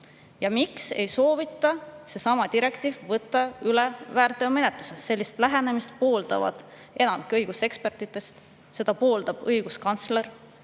Miks ei soovita sedasama direktiivi võtta üle väärteomenetluses? Sellist lähenemist pooldab enamik õigusekspertidest, seda pooldab õiguskantsler.